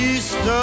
East